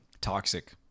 toxic